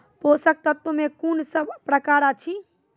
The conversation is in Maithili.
पोसक तत्व मे कून सब प्रकार अछि?